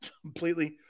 completely